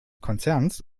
konzerns